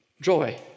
joy